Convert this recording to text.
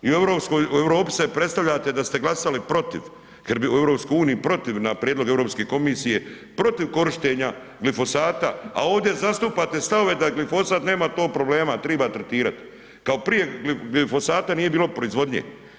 I Europi se predstavljate da ste glasali protiv, u EU, protiv, na prijedlog Europske komisije protiv korištenja glifosata, a ovdje zastupate stavove da glifosat nema tog problema, triba tretirati, kao prije glifosata nije bilo proizvodnje.